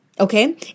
Okay